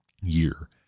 year